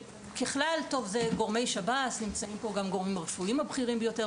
ככלל ונמצאים פה גורמי שב"ס וגם הגורמים הרפואיים הבכירים ביותר